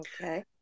Okay